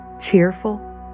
cheerful